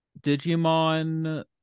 Digimon